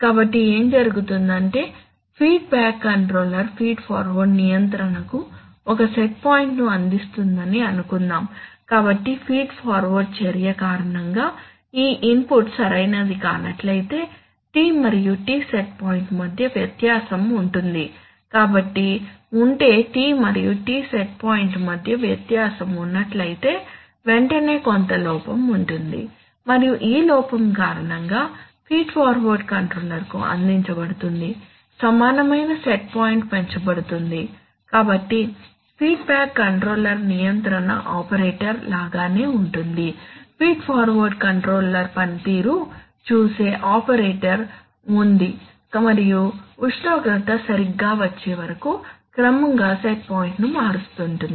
కాబట్టి ఏమి జరుగుతుందంటే ఫీడ్బ్యాక్ కంట్రోలర్ ఫీడ్ ఫార్వర్డ్ నియంత్రణకు ఒక సెట్ పాయింట్ను అందిస్తుందని అనుకుందాం కాబట్టి ఫీడ్ ఫార్వర్డ్ చర్య కారణంగా ఈ ఇన్పుట్ సరైనది కానట్లయితే T మరియు T సెట్ పాయింట్ మధ్య వ్యత్యాసం ఉంటుంది కాబట్టి ఉంటే T మరియు T సెట్ పాయింట్ మధ్య వ్యత్యాసం ఉన్నట్లయితే వెంటనే కొంత లోపం ఉంటుంది మరియు ఆ లోపం కారణంగా ఫీడ్ ఫార్వర్డ్ కంట్రోలర్కు అందించబడుతున్న సమానమైన సెట్ పాయింట్ పెంచబడుతుంది కాబట్టి ఫీడ్బ్యాక్ కంట్రోలర్ నిరంతరం ఆపరేటర్ లాగానే ఉంటుంది ఫీడ్ ఫార్వర్డ్ కంట్రోల్ పనితీరును చూసే ఆపరేటర్ ఉంది మరియు ఉష్ణోగ్రత సరిగ్గా వచ్చేవరకు క్రమంగా సెట్ పాయింట్ను మారుస్తుంది